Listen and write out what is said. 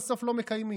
ובסוף לא מקיימים.